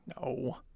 No